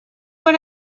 what